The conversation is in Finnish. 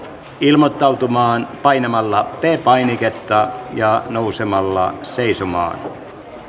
ilmoittautumaan painamalla p painiketta ja nousemalla seisomaan